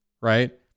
right